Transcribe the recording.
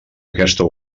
aquesta